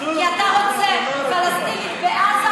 כי אתה רוצה פלסטינית בעזה,